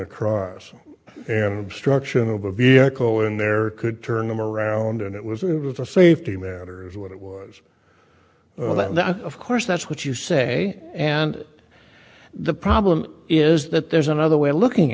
across an obstruction of a vehicle in there could turn them around and it was with a safety matters what it was that of course that's what you say and the problem is that there's another way of looking